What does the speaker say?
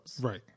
Right